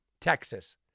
Texas